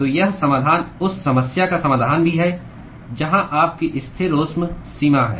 तो यह समाधान उस समस्या का समाधान भी है जहां आपकी स्थिरोष्म सीमा है